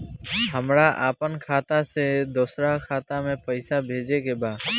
हमरा आपन खाता से दोसरा खाता में पइसा भेजे के बा